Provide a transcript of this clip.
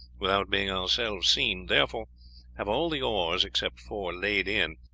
without being ourselves seen therefore have all the oars, except four, laid in,